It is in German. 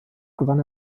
gewann